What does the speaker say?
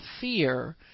fear